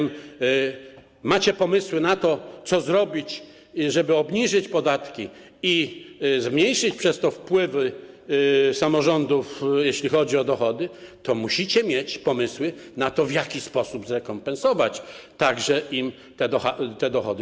Macie pomysły na to, co zrobić, żeby obniżyć podatki i zmniejszyć przez to wpływy samorządów, jeśli chodzi o dochody, to musicie mieć pomysły na to, w jaki sposób zrekompensować także im utratę tych dochodów.